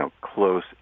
close